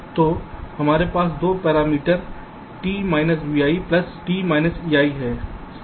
तो हमारे पास 2 parameter t vi plus t ei हैं